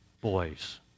boys